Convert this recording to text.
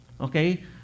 Okay